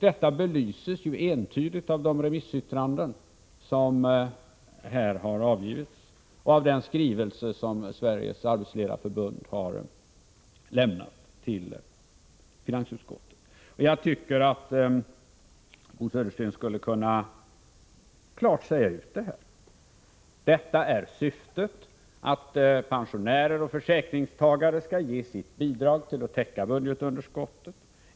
Detta belyses entydigt av de remissyttranden som här har avgivits och av den skrivelse som Sveriges arbetsledareförbund har ingivit till finansutskottet. Jag tycker att Bo Södersten klart skulle kunna säga: Syftet är att pensionärer och försäkringstagare skall ge sitt bidrag för att täcka budgetunderskottet.